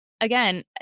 again